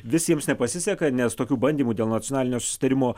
visiems nepasiseka nes tokių bandymų dėl nacionalinio susitarimo